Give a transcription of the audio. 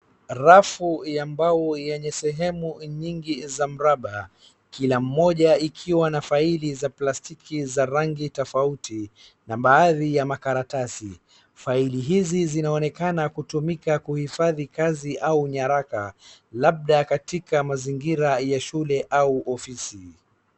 Rafu ya mbao yenye sehemu nyingi za mraba kila moja ikiwa na faili, za plastiki za rangi tofauti, na baadhi ya makaratasi. Faili hizi zinaonekana kutumika kuhifadhi kazi au nyaraka, labda katika mazingira ya shule au ofisi.